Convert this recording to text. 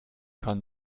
kann